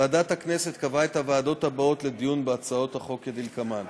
ועדת הכנסת קבעה את הוועדות האלה לדיון בהצעות החוק כדלקמן: